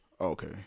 Okay